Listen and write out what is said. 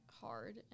hard